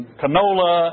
canola